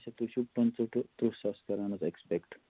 اچھا تُہۍ چھُو پٕنٛژٕ ٹُہ تٕرٛہ ساس کران حظ اٮ۪کٕسپٮ۪کٹ